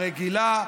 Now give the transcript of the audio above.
הרגילה,